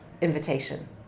invitation